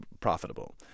profitable